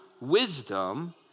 wisdom